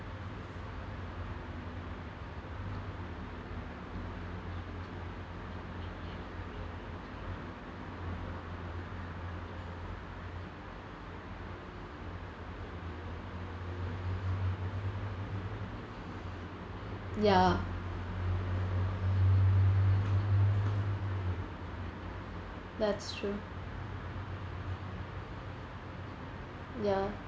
ya that's true ya